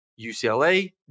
UCLA